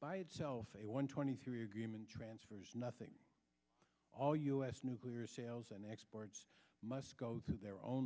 by itself a one twenty three agreement transfers nothing all u s nuclear sales and exports must go through their own